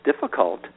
difficult